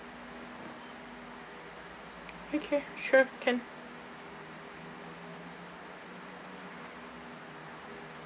okay sure can